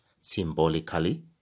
symbolically